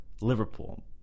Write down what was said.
Liverpool